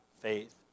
faith